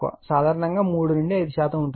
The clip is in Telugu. సాధారణంగా 3 నుండి 5 శాతం ఉంటుంది